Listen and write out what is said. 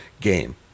game